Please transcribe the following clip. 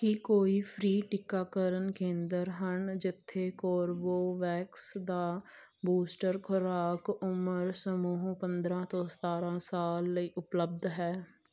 ਕੀ ਕੋਈ ਫ੍ਰੀ ਟੀਕਾਕਰਨ ਕੇਂਦਰ ਹਨ ਜਿੱਥੇ ਕੋਰਬੇਵੈਕਸ ਦਾ ਬੂਸਟਰ ਖੁਰਾਕ ਉਮਰ ਸਮੂਹ ਪੰਦਰਾਂ ਤੋਂ ਸਤਾਰਾਂ ਸਾਲ ਲਈ ਉਪਲਬਧ ਹੈ